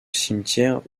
cimetière